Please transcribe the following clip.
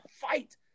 fight